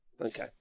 okay